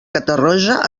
catarroja